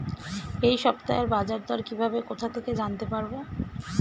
এই সপ্তাহের বাজারদর কিভাবে কোথা থেকে জানতে পারবো?